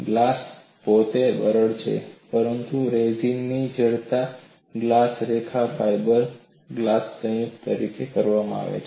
glass પોતે બરડ છે પરંતુ રેઝિનમાં જડિત ગ્લાસ રેસા ફાઇબર ગ્લાસ સંયુક્ત તરીકે કામ કરે છે